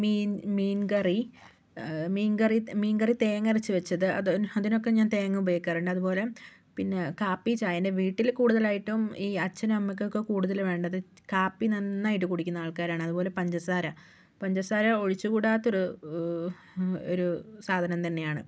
മീൻ മീൻകറി മീൻകറി മീൻകറി തേങ്ങയരച്ച് വച്ചത് അതിനൊക്കെ ഞാൻ തേങ്ങ ഉപയോഗിക്കാറുണ്ട് അതുപോലെ പിന്നെ കാപ്പി ചായ എൻ്റെ വീട്ടിൽ കൂടുതലായിട്ടും ഈ അച്ഛനും അമ്മയ്ക്കൊക്കെ കൂടുതൽ വേണ്ടത് കാപ്പി നന്നായിട്ട് കുടിക്കുന്ന ആൾക്കാരാണ് അതുപോലെ പഞ്ചസാര പഞ്ചസാര ഒഴിച്ചു കൂടാത്തൊരു ഒരു സാധനം തന്നെയാണ്